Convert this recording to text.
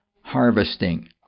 harvesting